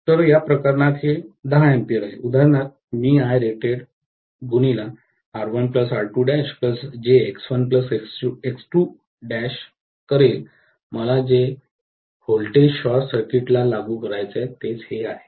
तर या प्रकरणात हे 10 A आहे उदाहरणार्थ मी Irated R1 R 2 jX1 X 2 करेल मला जे व्होल्टेज शॉर्ट सर्किट ला लागू करावे तेच हे आहे